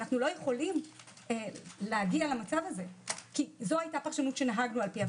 אנחנו לא יכולים להגיע למצב הזה כי זאת הייתה הפרשנות שנהגנו לפיה,